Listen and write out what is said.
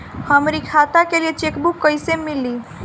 हमरी खाता के लिए चेकबुक कईसे मिली?